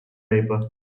paper